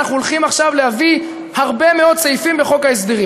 אנחנו הולכים עכשיו להביא הרבה מאוד סעיפים בחוק ההסדרים.